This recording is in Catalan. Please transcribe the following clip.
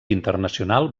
internacional